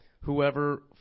Whoever